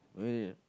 maybe that